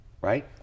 right